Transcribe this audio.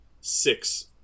six